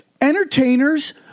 Entertainers